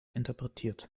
interpretiert